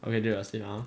okay jade ruskin ah